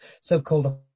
so-called